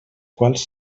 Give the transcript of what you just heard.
quals